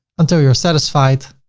until you're satisfied.